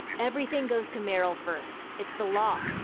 everything goes to meryl first. it's the law.